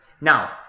Now